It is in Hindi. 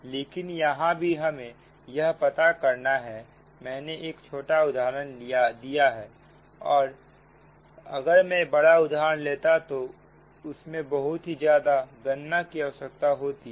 लेकिन यहां भी हमें यह प्राप्त करना है मैंने एक छोटा उदाहरण दिया है अगर मैं बड़ा उदाहरण लेता तो उसमें बहुत ही ज्यादा गणना की आवश्यकता होती है